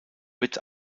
wird